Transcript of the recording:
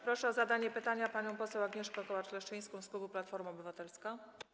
Proszę o zadanie pytania panią poseł Agnieszkę Kołacz-Leszczyńską z klubu Platforma Obywatelska.